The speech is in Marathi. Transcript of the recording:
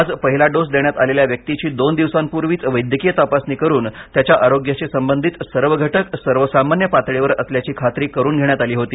आज पहिला डोस देण्यात आलेल्या व्यक्तीची दोन दिवसांपूर्वीच वैद्यकीय तपासणी करून त्याच्या आरोग्याशी संबंधित सर्व घटक सर्वसामान्य पातळीवर असल्याची खात्री करून घेण्यात आली होती